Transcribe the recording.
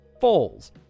falls